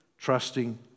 trusting